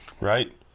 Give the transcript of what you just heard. right